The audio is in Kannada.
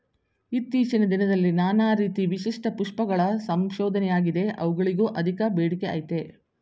ಇತ್ತೀಚಿನ ದಿನದಲ್ಲಿ ನಾನಾ ರೀತಿ ವಿಶಿಷ್ಟ ಪುಷ್ಪಗಳ ಸಂಶೋಧನೆಯಾಗಿದೆ ಅವುಗಳಿಗೂ ಅಧಿಕ ಬೇಡಿಕೆಅಯ್ತೆ